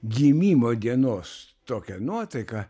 gimimo dienos tokia nuotaika